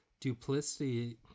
duplicity